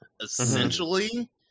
essentially